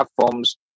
platforms